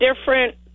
different